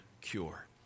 cure